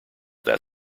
that